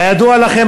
כידוע לכם,